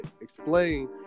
explain